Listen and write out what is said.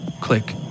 Click